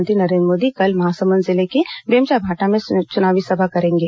प्रधानमंत्री नरेन्द्र मोदी कल महासमूद जिले के बेमचाभाटा में चुनावी सभा को संबोधित करेंगे